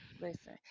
listen